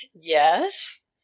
Yes